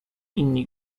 inni